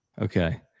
okay